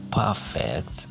perfect